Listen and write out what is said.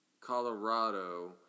Colorado